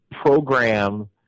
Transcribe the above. program